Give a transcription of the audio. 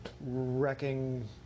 wrecking